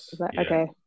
Okay